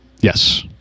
yes